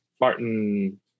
Martin